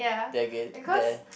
tag it there